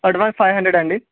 advance five హండ్రెడా అండి